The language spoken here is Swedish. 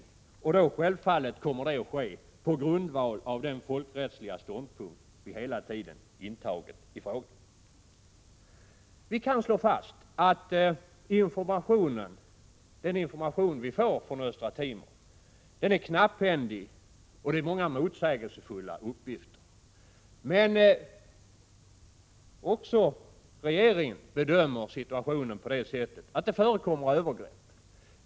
Det kommer då självfallet att ske på grundval av den folkrättsliga ståndpunkt vi hela tiden har intagit i frågan. Vi kan slå fast att den information vi får från Östra Timor är knapphändig och innehåller många motsägelsefulla uppgifter. Regeringen bedömer emellertid situationen så, att det förekommer övergrepp.